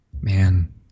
Man